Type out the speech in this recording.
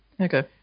Okay